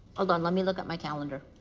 hold on, let me look at my calendar.